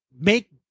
make